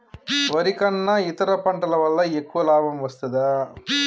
వరి కన్నా ఇతర పంటల వల్ల ఎక్కువ లాభం వస్తదా?